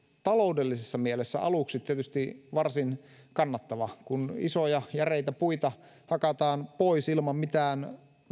taloudellisessa mielessä aluksi tietysti varsin kannattava kun isoja järeitä puita hakataan pois ilman mitään